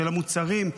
של המוצרים,